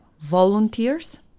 volunteers